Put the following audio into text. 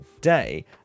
day